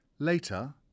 Later